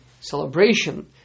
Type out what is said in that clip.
celebration